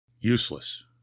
useless